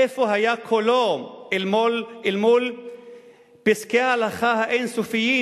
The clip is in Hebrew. איפה היה קולו אל מול פסקי ההלכה האין-סופיים